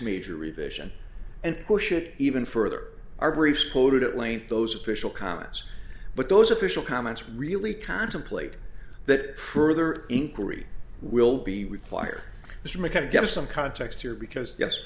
major revision and push it even further our brief quoted at length those official comments but those official comments really contemplate that further inquiry will be required mr mccann give us some context here because yes